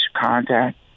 contact